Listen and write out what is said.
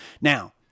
Now